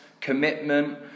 commitment